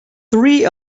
three